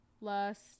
lust